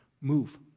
Move